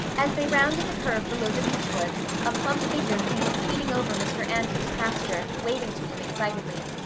as they rounded the curve below the beech wood a plump figure came speeding over mr. andrews' pasture, waving to them excitedly.